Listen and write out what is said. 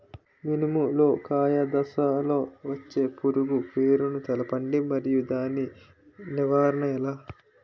మినుము లో కాయ దశలో వచ్చే పురుగు పేరును తెలపండి? మరియు దాని నివారణ ఎలా?